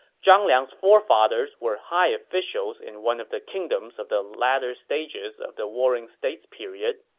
zhang liang's forefathers were high officials in one of the kingdoms of the latter stages of the warring states period.